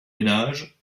ménage